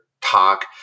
talk